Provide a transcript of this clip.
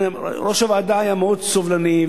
ראש הוועדה היה מאוד סובלני,